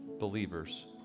Believers